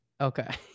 Okay